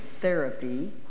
therapy